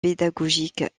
pédagogique